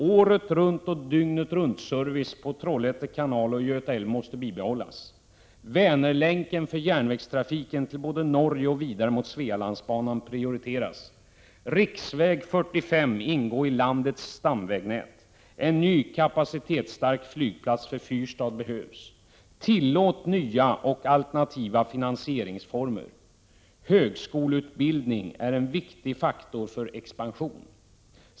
Åretruntoch dygnetrunt-service på Trollhätte Kanal och Göta Älv måste bibehållas. Vänerlänken för järnvägstrafiken både till Norge och vidare mot Svealandsbanan måste prioriteras. Riksväg 45 måste ingå i landets stamvägnät. En ny kapacitetsstark flygplats för Fyrstad behövs. Tillåt nya och alternativa finansieringsformer. Högskoleutbildning är en viktig faktor för expansion.